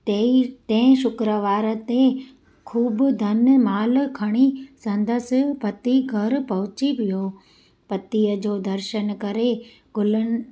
टे टे शुक्रवार ते ख़ूबु धन माल खणी संदसि पती घर पहुची बि वियो पतीअ जो दर्शन करे गुलनि